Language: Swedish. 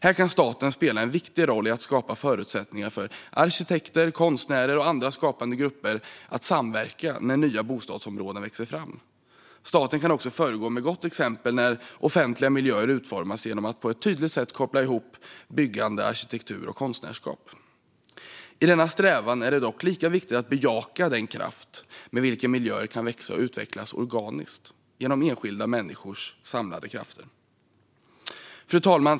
Här kan staten spela en viktig roll i att skapa förutsättningar för arkitekter, konstnärer och andra skapande grupper att samverka när nya bostadsområden växer fram. Staten kan också föregå med gott exempel när offentliga miljöer utformas genom att på ett tydligt sätt koppla ihop byggande, arkitektur och konstnärskap. I denna strävan är det dock lika viktigt att bejaka den kraft med vilken miljöer kan växa och utvecklas organiskt genom enskilda människors samlade krafter. Fru talman!